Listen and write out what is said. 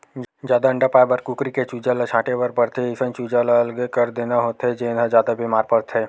जादा अंडा पाए बर कुकरी के चूजा ल छांटे बर परथे, अइसन चूजा ल अलगे कर देना होथे जेन ह जादा बेमार परथे